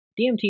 DMT